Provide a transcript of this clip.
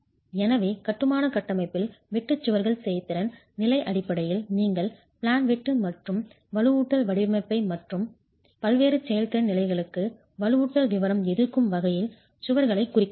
எனவே கட்டுமான கட்டமைப்பில் வெட்டு சுவர்கள் செயல்திறன் நிலை அடிப்படையில் நீங்கள் பிளேன் வெட்டு மற்றும் வலுவூட்டல் வடிவமைப்பு மற்றும் பல்வேறு செயல்திறன் நிலைகளுக்கு வலுவூட்டல் விவரம் எதிர்க்கும் வகையில் சுவர்களை குறிக்க முடியும்